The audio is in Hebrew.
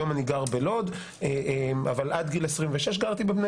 היום אני גר בלוד אבל עד גיל 26 גרתי בבני